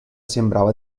sembrava